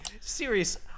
serious